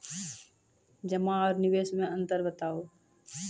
जमा आर निवेश मे अन्तर बताऊ?